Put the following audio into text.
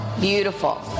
beautiful